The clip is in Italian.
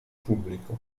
pubblico